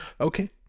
Okay